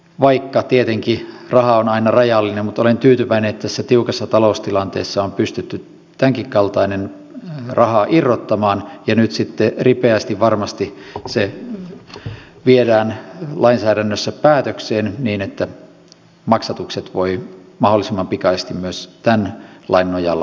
vaikka tietenkin raha on aina rajallista niin olen tyytyväinen että tässä tiukassa taloustilanteessa on pystytty tämänkinkaltainen raha irrottamaan ja nyt se sitten ripeästi varmasti viedään lainsäädännössä päätökseen niin että maksatukset voivat mahdollisimman pikaisesti myös tämän lain nojalla alkaa